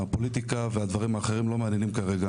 הפוליטיקה והדברים האחרים לא מעניינים כרגע.